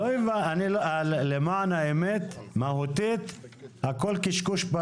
למען האמת, מהותית הכול קשקוש.